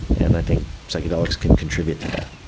and i think psychedelics can contribute to that.